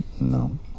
No